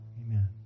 Amen